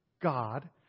God